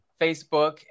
Facebook